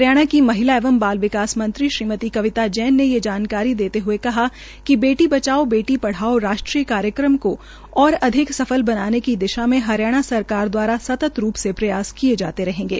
हरियाणा की महिला एवं बाल विकास मंत्री श्रीमती कविता जैन ने ये जानकारी देते हये कहा कि बेटी बचाओ बेटी पढ़ाओ राष्ट्रीय कार्यक्रम को और अधिक सफल बनाने की दिशा में हरियाणा सरकार दवारा सतत रूप से प्रयास किए जाते रहेंगे